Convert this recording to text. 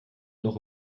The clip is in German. noch